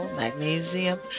magnesium